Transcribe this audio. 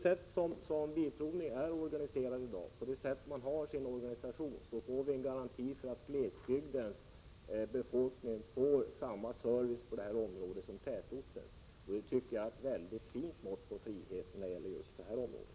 Såsom bilprovningen är organiserad i dag utgör den en garanti för att glesbygdens befolkning skall få samma service på detta område som tätortens. Det tycker jag är ett mycket fint mått på frihet när det gäller just detta område.